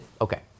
Okay